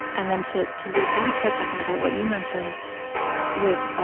and then to, to loop back for a second about what you mentioned with, um,